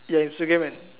ya Instagram eh